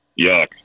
Yuck